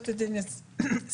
ד"ר דינה צימרמן,